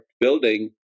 building